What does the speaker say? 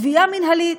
גבייה מינהלית,